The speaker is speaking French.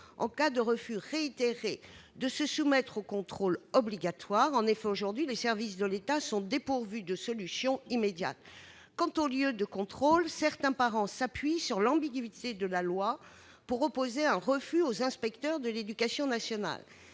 en cas de refus réitéré de se soumettre au contrôle obligatoire. En effet, aujourd'hui, les services de l'État sont dépourvus de solution immédiate. Quant aux lieux du contrôle, certains parents s'appuient sur l'ambiguïté de la loi pour opposer un refus aux inspecteurs de l'éducation nationale.